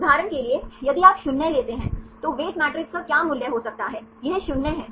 उदाहरण के लिए यदि आप 0 लेते हैं तो वेट मैट्रिक्स का क्या मूल्य हो सकता है यह 0 है